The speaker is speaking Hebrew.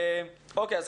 בואו,